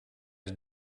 det